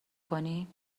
کنی